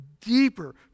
deeper